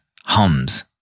hums